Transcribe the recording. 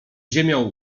ziemią